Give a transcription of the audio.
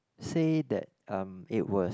say that um it was